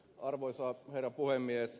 arvoisa herra puhemies